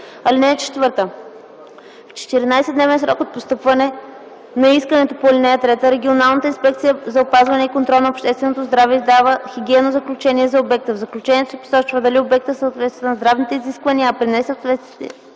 заведение. (4) В 14-дневен срок от постъпване на искането по ал. 3 регионалната инспекция за опазване и контрол на общественото здраве издава хигиенно заключение за обекта. В заключението се посочва дали обектът съответства на здравните изисквания, а при несъответствие